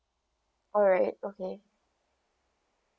alright okay